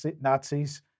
Nazis